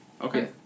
Okay